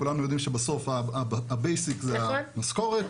כולנו יודעים שבסוף הבייסיק זה המשכורת.